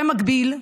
במקביל,